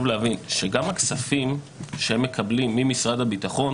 חשוב להבין שגם הכספים שהן מקבלות ממשרד הביטחון